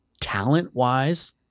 talent-wise